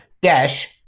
dash